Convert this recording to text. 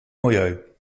milieu